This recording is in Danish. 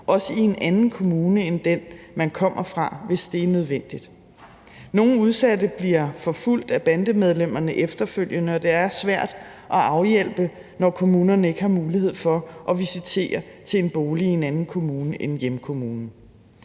også i en anden kommune end den, man kommer fra, hvis det er nødvendigt. Nogle udsatte bliver forfulgt af bandemedlemmerne efterfølgende, og det er svært at afhjælpe, når kommunerne ikke har mulighed for at visitere til en bolig i en anden kommune end hjemkommunen.